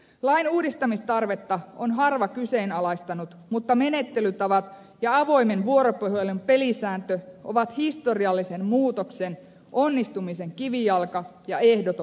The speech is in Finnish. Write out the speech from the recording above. lain uudistamistarvetta on harva kyseenalaistanut mutta menettelytavat ja avoimen vuoropuhelun pelisääntö ovat historiallisen muutoksen onnistumisen kivijalka ja ehdoton perusta